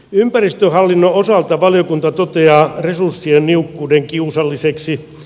ympäristöhallinnon osalta valiokunta toteaa resurssien niukkuuden kiusalliseksi